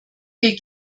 wir